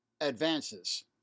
advances